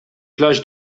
plages